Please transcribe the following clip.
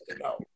no